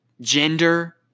gender